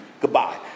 Goodbye